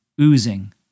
Oozing